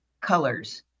colors